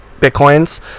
bitcoins